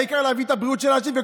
העיקר להביא את הבריאות של האנשים,